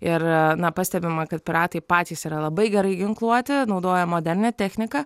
ir na pastebima kad piratai patys yra labai gerai ginkluoti naudoja modernią techniką